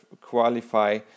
qualify